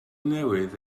newydd